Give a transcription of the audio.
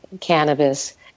cannabis